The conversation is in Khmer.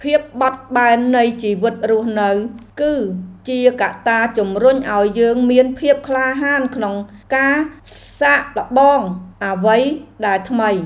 ភាពបត់បែននៃជីវិតរស់នៅ គឺជាកត្តាជំរុញឱ្យយើងមានភាពក្លាហានក្នុងការសាកល្បងអ្វីដែលថ្មី។